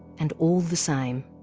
and all the same.